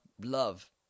love